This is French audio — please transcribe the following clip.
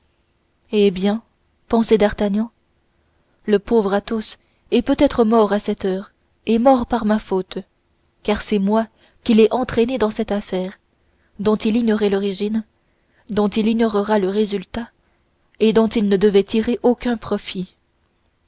eh bien pensait d'artagnan le pauvre athos est peut-être mort à cette heure et mort par ma faute car c'est moi qui l'ai entraîné dans cette affaire dont il ignorait l'origine dont il ignorera le résultat et dont il ne devait tirer aucun profit